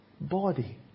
body